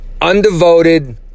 Undevoted